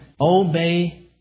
obey